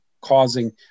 causing